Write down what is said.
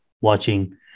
watching